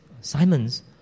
Simon's